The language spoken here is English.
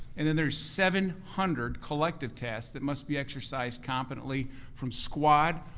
and then there's seven hundred collective tests that must be exercised competently from squad,